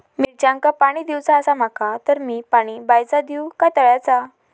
मिरचांका पाणी दिवचा आसा माका तर मी पाणी बायचा दिव काय तळ्याचा?